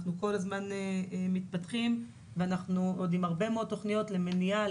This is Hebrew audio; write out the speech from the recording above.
אנחנו כל הזמן מתפתחים ואנחנו עוד עם הרבה מאוד תוכניות למניעה,